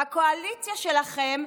בקואליציה שלכם,